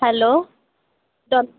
hello డా